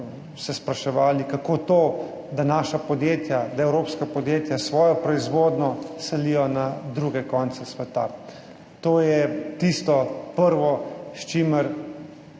se spraševali, kako to, da naša podjetja, da evropska podjetja svojo proizvodnjo selijo na druge konce sveta. To je tisto prvo, kar